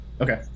Okay